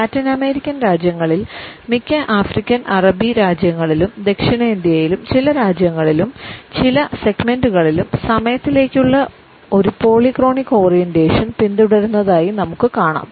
Latin American രാജ്യങ്ങളിൽ മിക്ക African അറബി രാജ്യങ്ങളിലും ദക്ഷിണേഷ്യയിലെ ചില രാജ്യങ്ങളിലും ചില സെഗ്മെന്റുകളിലും സമയത്തിലേക്കുള്ള ഒരു പോളിക്രോണിക് ഓറിയന്റേഷൻ പിന്തുടരുന്നതായി നമുക്ക് കാണാം